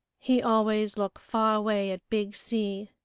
he always look far away at big sea.